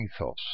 ethos